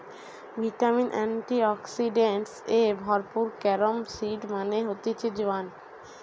vitamin, antioxidants এ ভরপুর carom seed মানে হতিছে জোয়ান